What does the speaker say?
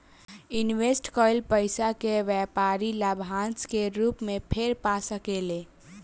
invest कईल पइसा के व्यापारी लाभांश के रूप में फेर पा सकेले